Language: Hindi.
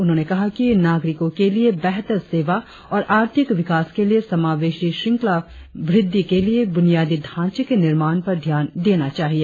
उन्होंने कहा कि नागरिकों के लिए बेहतर सेवा और आर्थिक विकास के लिए समावेशी श्रृंखला वृद्धि के लिए ब्रनियादी ढांचे के निर्माण पर ध्यान देना चाहिए